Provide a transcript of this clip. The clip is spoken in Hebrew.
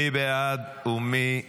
מי בעד ומי נגד?